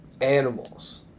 animals